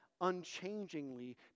unchangingly